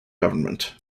government